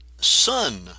son